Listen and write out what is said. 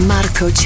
Marco